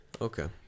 Okay